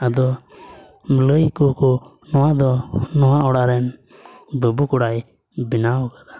ᱟᱫᱚ ᱞᱟᱹᱭ ᱟᱠᱚᱣᱟᱠᱚ ᱱᱚᱣᱟ ᱫᱚ ᱱᱚᱣᱟ ᱚᱲᱟᱜ ᱨᱮᱱ ᱵᱟᱹᱵᱩ ᱠᱚᱲᱟᱭ ᱵᱮᱱᱟᱣ ᱠᱟᱫᱟ